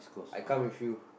I come with you